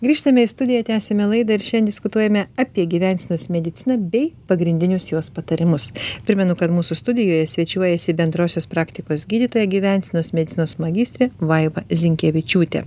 grįžtame į studiją tęsiame laidą ir šiandien diskutuojame apie gyvensenos mediciną bei pagrindinius jos patarimus primenu kad mūsų studijoje svečiuojasi bendrosios praktikos gydytoja gyvensenos medicinos magistrė vaiva zinkevičiūtė